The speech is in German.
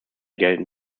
gelten